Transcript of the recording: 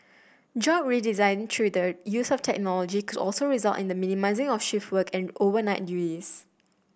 job redesign through the use of technology could also result in the minimising of shift work and overnight race